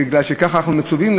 כי ככה אנחנו מצווים,